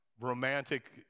romantic